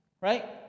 Right